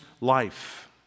life